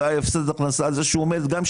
אולי הפסד הכנסה על זה שהוא עומד גם,